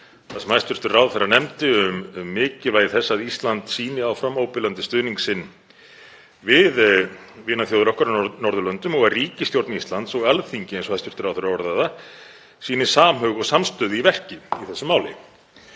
það sem hæstv. ráðherra nefndi um mikilvægi þess að Ísland sýni áfram óbilandi stuðning sinn við vinaþjóðir okkar á Norðurlöndum og að ríkisstjórn Íslands og Alþingi, eins og hæstv. ráðherra orðaði það, sýni samhug og samstöðu í verki í þessu máli.